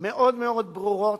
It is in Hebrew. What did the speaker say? מאוד מאוד ברורות,